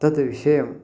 तद्विषयम्